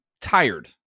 tired